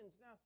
Now